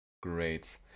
great